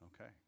Okay